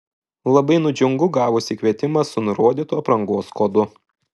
labai nudžiungu gavusi kvietimą su nurodytu aprangos kodu